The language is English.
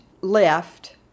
left